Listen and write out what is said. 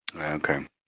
Okay